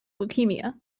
leukemia